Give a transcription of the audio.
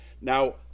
Now